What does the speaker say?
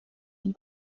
die